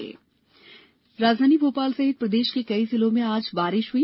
मौसम राजधानी भोपाल सहित प्रदेश के कई जिलों में आज बारिश हुई